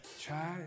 Try